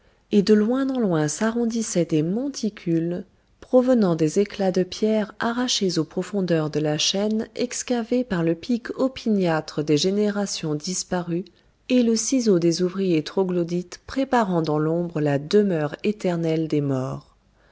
et de loin en loin s'arrondissaient des monticules provenant des éclats de pierre arrachés aux profondeurs de la chaîne excavée par le pic opiniâtre des générations disparues et le ciseau des ouvriers troglodytes préparant dans l'ombre la demeure éternelle des morts